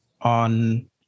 on